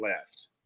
left